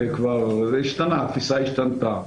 התפיסה השתנתה.